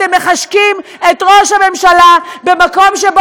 אתם מחשקים את ראש הממשלה במקום שהוא